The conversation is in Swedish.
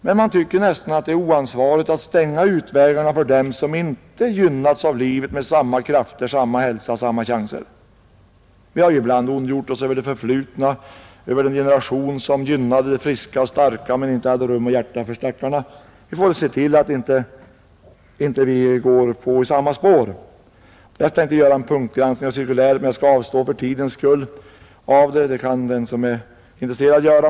Men man tycker det är oansvarigt att stänga utvägarna för dem som inte gynnats av livet med samma krafter, samma hälsa och samma chanser. Vi har ibland ondgjort oss över det förflutna, över en generation som gynnade de friska och starka men inte hade rum och hjärta för stackarna. Vi får se till att vi inte går i samma spår. För tidens skull skall jag som sagt avstå från att här göra någon punktgranskning av TCO-cirkuläret. Den som är intresserad kan göra det själv.